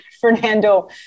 Fernando